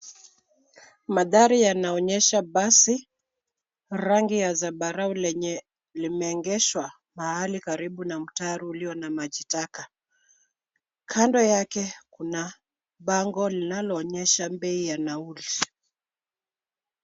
Mandhari yanaonyesha basi rangi ya zambarau lenye limeegeshwa mahali karibu mtaro uliyo na maji taka. Kando yake kuna bango linaloonyesha bei ya nauli.